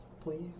please